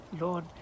Lord